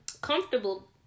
comfortable